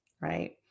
right